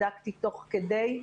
בדקתי תוך כדי,